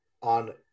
on